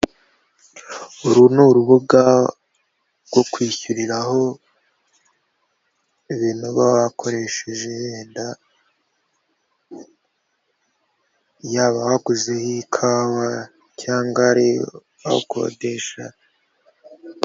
Uru ni urubuga rwo kwishyuriraho ibintu uba bakoresheje wenda yaba waguzeho ikawa cyangwa uhakodesha.